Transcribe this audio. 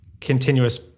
continuous